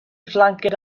flanced